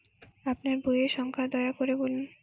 আপনার বইয়ের সংখ্যা দয়া করে বলুন?